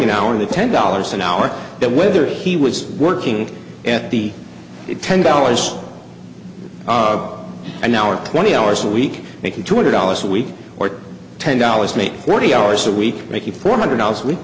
now and the ten dollars an hour that whether he was working at the ten dollars an hour twenty hours a week making two hundred dollars a week or ten dollars make forty hours a week making four hundred dollars week